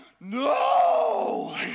no